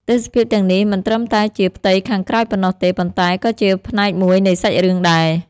ទេសភាពទាំងនេះមិនត្រឹមតែជាផ្ទៃខាងក្រោយប៉ុណ្ណោះទេ ប៉ុន្តែក៏ជាផ្នែកមួយនៃសាច់រឿងដែរ។